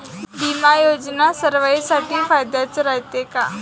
बिमा योजना सर्वाईसाठी फायद्याचं रायते का?